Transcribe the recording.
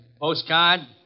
Postcard